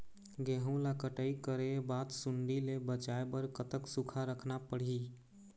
गेहूं ला कटाई करे बाद सुण्डी ले बचाए बर कतक सूखा रखना पड़ही?